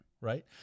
Right